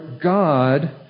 God